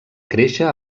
créixer